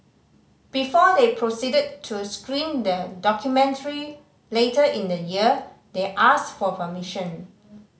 before they proceeded to screen the documentary later in the year they asked for permission